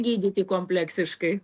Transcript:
gydyti kompleksiškai